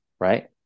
right